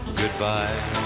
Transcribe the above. goodbye